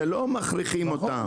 זה לא מכריחים אותם,